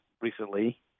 recently